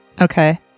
okay